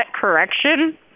correction